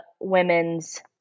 women's